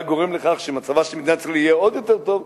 גורם לכך שמצבה של מדינת ישראל יהיה עוד יותר טוב,